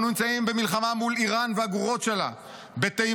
אנחנו נמצאים במלחמה מול איראן והגרורות שלה בתימן,